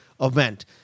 event